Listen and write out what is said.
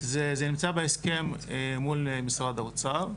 זה נמצא בהסכם מול משרד האוצר,